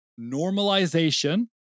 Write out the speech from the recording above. normalization